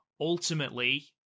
Ultimately